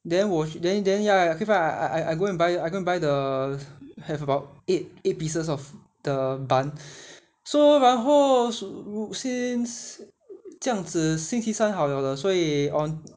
then 我 then then ya I keep ah I I go and buy I go and buy the have about eight eight pieces of the bun so 然后 since 这样子星期三好了了的所以 on